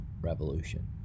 Revolution